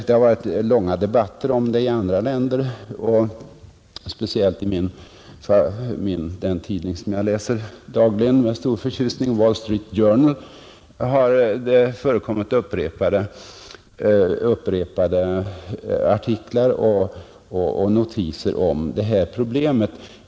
Det har förts långa debatter om dessa saker i andra länder, speciellt i den tidning som jag dagligen läser med stor förtjusning, Wall Street Journal. Där har det förekommit flera artiklar och notiser om detta problem.